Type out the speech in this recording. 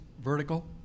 vertical